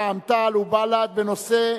רע"ם-תע"ל ובל"ד בנושא: